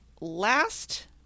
Last